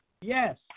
Yes